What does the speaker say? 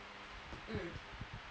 mm